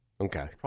Okay